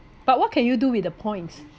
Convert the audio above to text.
but what can you do with the points